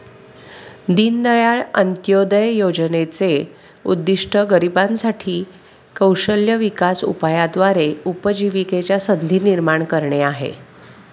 दीनदयाळ अंत्योदय योजनेचे उद्दिष्ट गरिबांसाठी साठी कौशल्य विकास उपायाद्वारे उपजीविकेच्या संधी निर्माण करणे आहे